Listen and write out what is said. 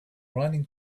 running